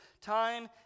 Time